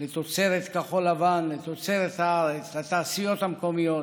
לתוצרת כחול לבן, לתוצרת הארץ, לתעשיות המקומיות,